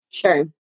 Sure